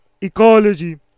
ecology